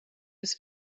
his